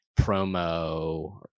promo